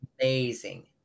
amazing